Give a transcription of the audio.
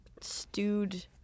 stewed